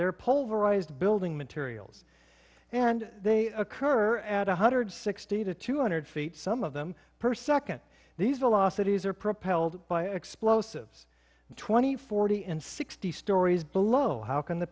they're polarized building materials and they occur at one hundred sixty to two hundred feet some of them per second these velocities are propelled by explosives twenty forty and sixty stories below how can the